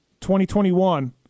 2021